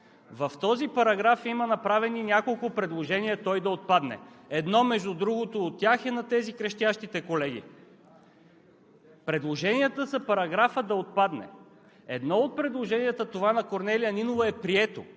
В този параграф има направени няколко предложения той да отпадне. Между другото, едно от тях е на тези – крещящите колеги. Предложенията са параграфът да отпадне. Едно от предложенията – това на Корнелия Нинова, е прието